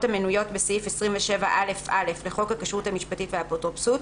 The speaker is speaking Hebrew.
המנויות בסעיף 27א(א) לחוק הכשרות המשפטית והאפוטרופסות,